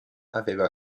aveva